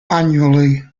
annually